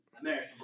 American